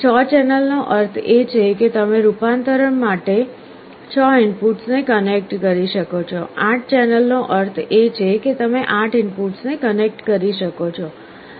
6 ચેનલનો અર્થ એ છે કે તમે રૂપાંતર માટે 6 ઇનપુટ્સને કનેક્ટ કરી શકો છો 8 ચેનલનો અર્થ એ છે કે તમે 8 ઇનપુટ્સને કનેક્ટ કરી શકો છો